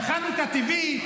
על חנוכה אתה מודה?